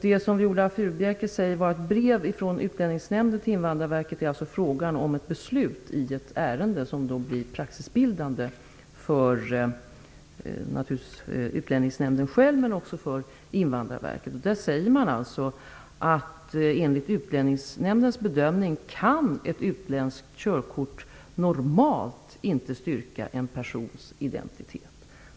Det som Viola Furubjelke säger var ett brev från Utlänningsnämnden till Invandrarverket är alltså fråga om ett beslut i ett ärende, vilket blir praxisbildande naturligtvis för Utlänningsnämnden själv men också för Invandrarverket. Man säger att enligt Utlänningsnämndens bedömning kan ett utländskt körkort normalt inte styrka en persons identitet.